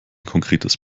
konkretes